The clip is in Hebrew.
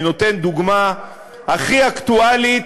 אני נותן דוגמה הכי אקטואלית,